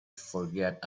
forget